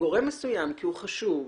לגורם מסוים כי הוא חשוב,